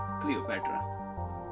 Cleopatra